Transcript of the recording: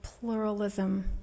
pluralism